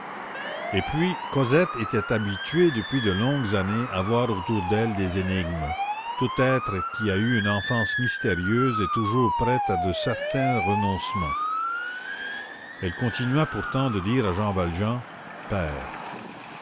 et puis cosette était habituée depuis de longues années à voir autour d'elle des énigmes tout être qui a eu une enfance mystérieuse est toujours prêt à de certains renoncements elle continua pourtant de dire à jean valjean père